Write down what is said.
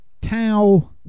tau